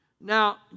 Now